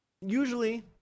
Usually